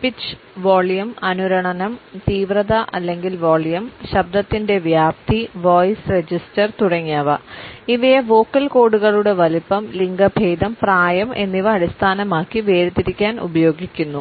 pitch volume അനുരണനം തീവ്രത അല്ലെങ്കിൽ വോളിയം ശബ്ദത്തിന്റെ വ്യാപ്തി വോയ്സ് രജിസ്റ്റർ തുടങ്ങിയവ ഇവയെ വോക്കൽ കോഡുകളുടെ വലുപ്പം ലിംഗഭേദം പ്രായം എന്നിവ അടിസ്ഥാനമാക്കി വേർതിരിക്കാൻ ഉപയോഗിക്കുന്നു